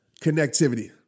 connectivity